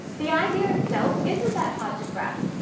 the idea itself isn't that hard to grasp,